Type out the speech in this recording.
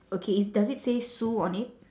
okay it's does it say sue on it